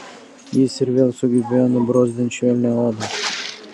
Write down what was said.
jis ir vėl sugebėjo nubrozdint švelnią odą